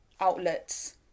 outlets